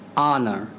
Honor